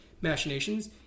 machinations